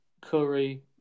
Curry